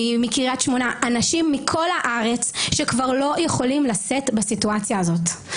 מקריית שמונה אנשים מכל הארץ שכבר לא יכולים לשאת בסיטואציה הזאת.